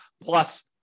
plus